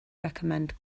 recommend